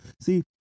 see